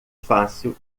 fácil